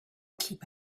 keep